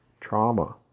trauma